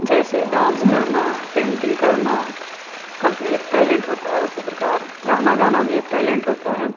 जैसे डांस करना पेंटिंग करना का एक टैलेंट होता है उसी प्रकार गाना गाना भी एक टैलेंट होता है